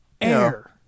Air